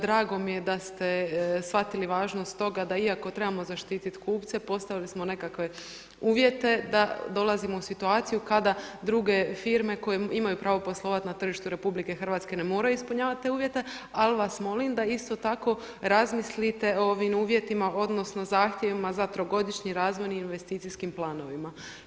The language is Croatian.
Drago mi je da ste shvatili važnost toga da iako trebamo zaštititi kupce postavili smo nekakve uvjete da dolazimo u situaciju kada druge firme koje imaju pravo poslovati na tržištu RH ne moraju ispunjavati te uvjete, ali vas molim da isto tako razmislite o ovim uvjetima odnosno zahtjevima za trogodišnji razvojnim investicijskim planovima.